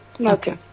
Okay